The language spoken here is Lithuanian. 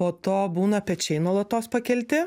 po to būna pečiai nuolatos pakelti